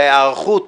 -- להיערכות